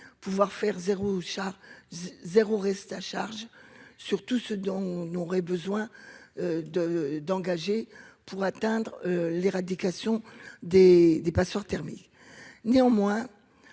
pouvoir faire 0 charge 0 reste à charge surtout ceux dont on aurait besoin de d'engager pour atteindre l'éradication des passoires thermiques néanmoins